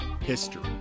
history